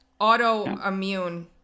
Autoimmune